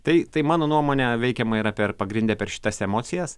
tai tai mano nuomone veikiama yra per pagrinde per šitas emocijas